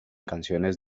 canciones